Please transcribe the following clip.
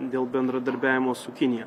dėl bendradarbiavimo su kinija